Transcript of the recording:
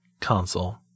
console